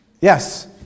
Yes